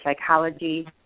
psychology